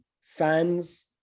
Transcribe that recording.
fans